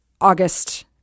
August